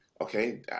okay